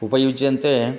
उपयुज्यन्ते